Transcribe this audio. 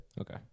Okay